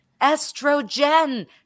Estrogen